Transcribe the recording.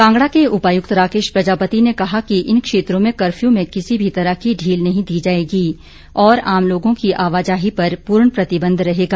कांगड़ा के उपायुक्त राकेश प्रजापति ने कहा है कि इन क्षेत्रों में कफ्यू में किसी भी तरह की ढील नहीं दी जायेगी और आम लोगों की आवाजाही पर पूर्ण प्रतिबंध रहेगा